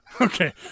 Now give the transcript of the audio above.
Okay